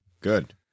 good